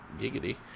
giggity